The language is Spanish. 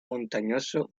montañoso